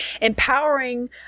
empowering